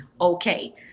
okay